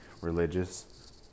religious